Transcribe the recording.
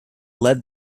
led